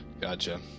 Gotcha